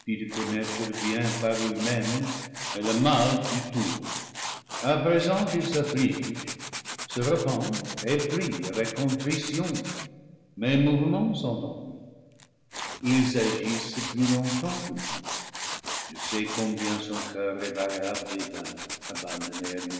connaître le bien par lui-même et le mal du tout a présent il s'afflige se re peut et prie avec contrition mes mouvements sont en lui ils agissent plus longtemps que lui je sais combien son coeur est variable et vain abandonné